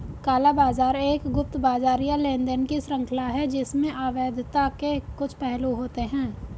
काला बाजार एक गुप्त बाजार या लेनदेन की श्रृंखला है जिसमें अवैधता के कुछ पहलू होते हैं